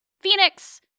Phoenix